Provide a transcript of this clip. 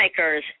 filmmakers